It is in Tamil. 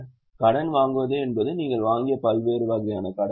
கடன் வாங்குவது என்பது நீங்கள் வாங்கிய பல்வேறு வகையான கடன்கள்